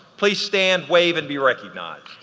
please stand, wave and be recognized.